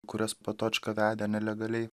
kurias patočka vedė nelegaliai